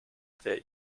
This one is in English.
that